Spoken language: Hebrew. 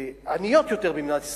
עניות יותר ממדינת ישראל,